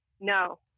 No